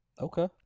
Okay